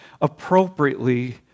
appropriately